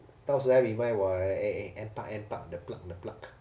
到时再 remind 我 eh eh eh NParks NParks the pluck the pluck